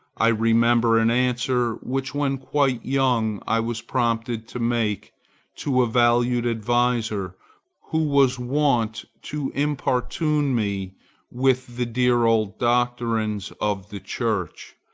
i remember an answer which when quite young i was prompted to make to a valued adviser who was wont to importune me with the dear old doctrines of the church.